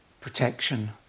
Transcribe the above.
protection